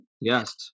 Yes